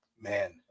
man